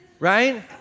Right